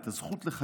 את הזכות לחיים,